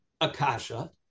Akasha